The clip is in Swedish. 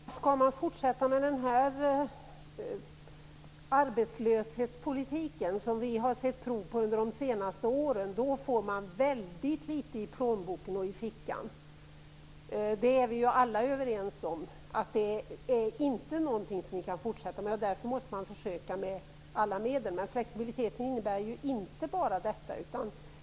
Fru talman! Om den arbetslöshetspolitik som vi har sett prov på under de senaste åren skall fortsätta, får man väldigt litet i plånboken och i fickan. Vi är alla överens om att den inte kan fortsätta. Man måste därför pröva alla medel. Men flexibiliteten har inte bara denna innebörd.